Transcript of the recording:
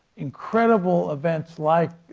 incredible events like.